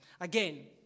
Again